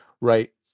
right